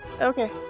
Okay